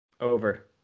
Over